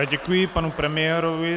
Děkuji panu premiérovi.